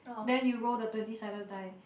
then you roll the twenty sided die